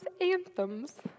anthems